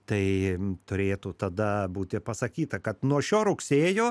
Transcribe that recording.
tai turėtų tada būti pasakyta kad nuo šio rugsėjo